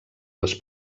les